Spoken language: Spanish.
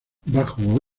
bajo